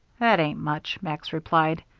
that ain't much, max replied.